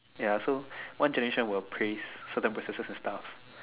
ya so one generation will praise certain processes and stuff